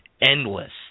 endless